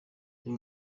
uru